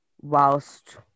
whilst